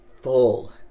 full